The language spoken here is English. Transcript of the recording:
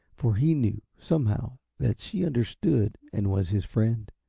for he knew, somehow, that she understood and was his friend.